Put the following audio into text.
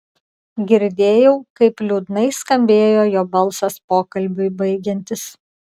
girdėjau kaip liūdnai skambėjo jo balsas pokalbiui baigiantis